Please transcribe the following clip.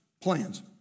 plans